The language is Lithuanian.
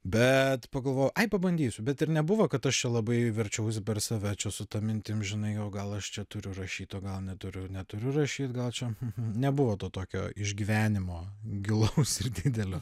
bet pagalvojau ai pabandysiu bet ir nebuvo kad aš čia labai verčiausi per save čia su ta mintim žinai o gal aš čia turiu rašyt o gal neturiu neturiu rašyt gal čia nebuvo to tokio išgyvenimo gilaus ir didelio